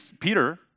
Peter